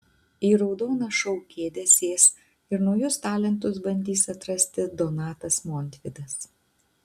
į raudoną šou kėdę sės ir naujus talentus bandys atrasti donatas montvydas